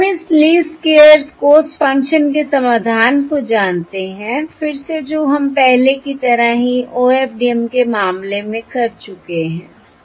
और हम इस लीस्ट स्क्वेयर्स कॉस्ट फंक्शन के समाधान को जानते हैं फिर से जो हम पहले की तरह ही OFDM के मामले में कर चुके हैं